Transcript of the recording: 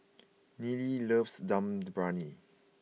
Neely loves Dum Briyani